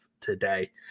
today